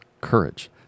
courage